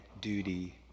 duty